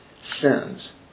sins